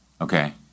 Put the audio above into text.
okay